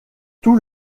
tout